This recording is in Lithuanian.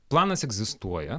planas egzistuoja